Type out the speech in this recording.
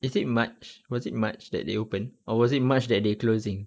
is it march was it march that they open or was it march that they're closing